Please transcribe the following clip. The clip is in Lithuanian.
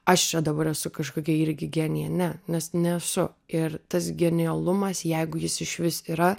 aš čia dabar esu kažkokia irgi genija ne nes nesu ir tas genialumas jeigu jis išvis yra